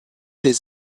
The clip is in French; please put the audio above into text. les